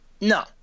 No